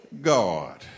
God